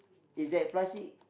if that plastic